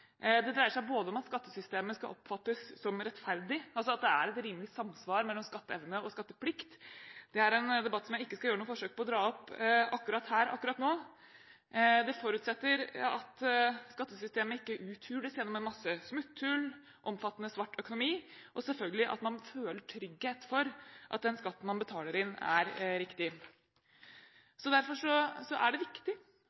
Det dreier seg om at skattesystemet skal oppfattes som rettferdig, at det er et rimelig samsvar mellom skatteevne og skatteplikt. Det er en debatt som jeg ikke skal gjøre noe forsøk på å dra opp akkurat her og nå. Det forutsetter at skattesystemet ikke uthules gjennom en masse smutthull, omfattende svart økonomi, og selvfølgelig at man føler trygghet for at den skatten man betaler inn, er